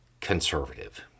conservative